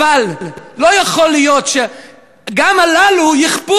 אבל לא יכול להיות שגם הללו יכפו,